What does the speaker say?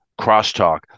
crosstalk